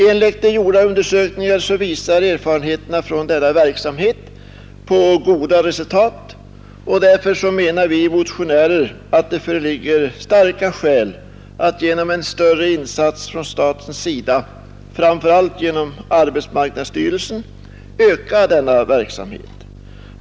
Enligt gjorda undersökningar visar erfarenheterna från denna verksamhet på goda resultat, och därför menar vi motionärer, att det föreligger starka skäl att genom en större insats från statens sida, framför allt genom arbetsmarknadsverket, öka denna verksamhet.